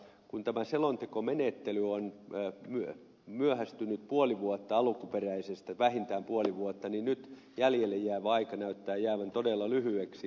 kun tämä selontekomenettely on myöhästynyt vähintään puoli vuotta alkuperäisestä niin nyt jäljelle jäävä aika näyttää jäävän todella lyhyeksi